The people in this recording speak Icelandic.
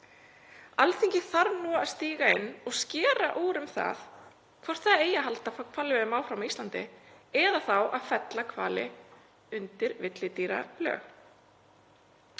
Alþingi þarf nú að stíga inn og skera úr um hvort það eigi að halda hvalveiðum áfram á Íslandi eða þá fella hvali undir villidýralögin.